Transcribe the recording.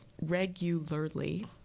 regularly